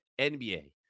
NBA